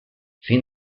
fin